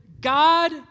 God